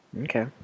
Okay